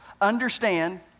understand